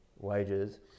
wages